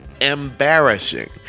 embarrassing